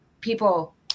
people